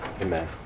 Amen